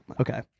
Okay